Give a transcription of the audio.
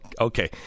Okay